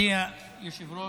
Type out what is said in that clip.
(חד"ש-תע"ל):